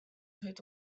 hurd